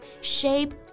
shape